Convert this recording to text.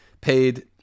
paid